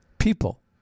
People